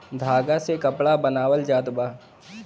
धागा से कपड़ा बनावल जात बा